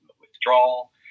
withdrawal